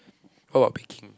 how about picking